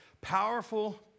powerful